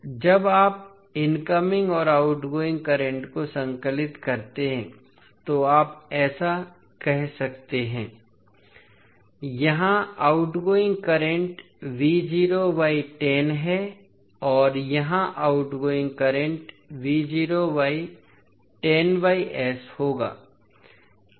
तो जब आप इनकमिंग और आउटगोइंग करंट को संकलित करते हैं तो आप ऐसा कह सकते हैं यहां आउटगोइंग करंट है और यहां आउटगोइंग करंट होगा